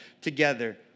together